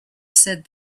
said